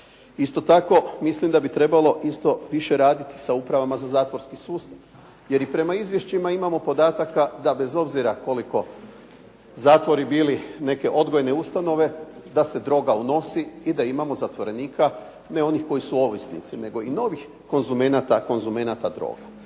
Isto tako mislim da bi trebalo više raditi sa Upravama za zatvorski sustav. Jer prema izvješćima imamo podataka, da bez obzira koliko zatvori bili neke odgojne ustanove, da se droga unosi i da imamo zatvorenika ne onih koji su ovisnici, nego i novih konzumenata droge.